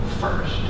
first